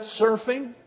surfing